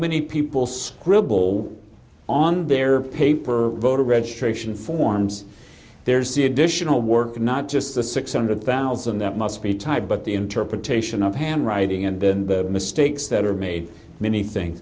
many people scribble on their paper voter registration forms there's the additional work not just the six hundred thousand that must be tired but the interpretation of hand writing and been the mistakes that are made many thing